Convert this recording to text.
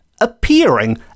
appearing